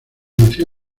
nació